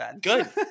good